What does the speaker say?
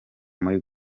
muri